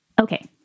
Okay